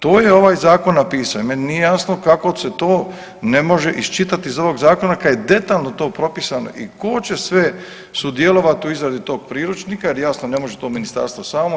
To je ovaj zakon napisao i meni nije jasno kako se to ne može iščitati iz ovoga zakona kada je detaljno to propisano i tko će sve sudjelovati u izradi tog priručnika jer jasno ne može to ministarstvo samo.